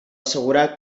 assegurar